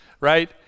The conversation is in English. right